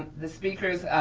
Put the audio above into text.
the speakers,